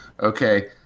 okay